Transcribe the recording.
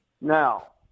Now